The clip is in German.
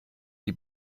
die